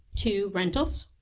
two rentals,